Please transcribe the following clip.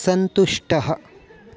सन्तुष्टः